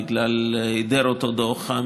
בגלל היעדר אותו דוח,